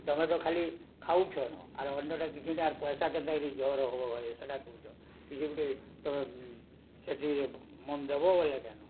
ତୁମେ ତ ଖାଲି ଖାଉଛନ୍ ଆର୍ ଅନ୍ୟଟା କିଛି ଆର୍ ପଇସା କେନ୍ତା ଏଇଠି ଜଝର ହବ ଘରେ ସେଟା କରୁଛ କିଛି ଗୋଟେ ତୁମେ ସେତିକି ମନ ଦେବ ବୋଲେ କନୁ